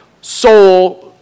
soul